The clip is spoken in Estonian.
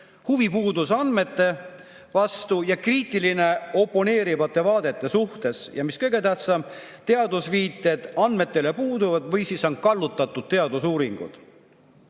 huvi andmete vastu ja ollakse kriitiline oponeerivate vaadete suhtes. Ja mis kõige tähtsam, teadusviited andmetele puuduvad või on kallutatud teadusuuringud.